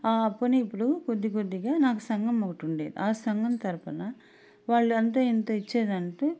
ఆ అప్పుని ఇప్పుడు కొద్ది కొద్దిగా నాకు సంగం ఒకటుండేది ఆ సంగం తరుపున వాళ్ళు అంతో ఇంతో ఇచ్చేదాంతో